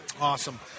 Awesome